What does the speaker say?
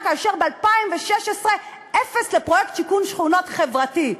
ל-2016 עם אפס לפרויקט שיקום שכונות חברתי.